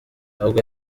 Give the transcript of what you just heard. ahubwo